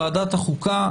ועדת החוקה,